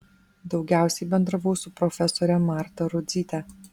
daugiausiai bendravau su profesore marta rudzyte